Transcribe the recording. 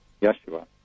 Yeshua